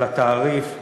על התעריף,